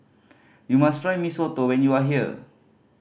you must try Mee Soto when you are here